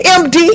md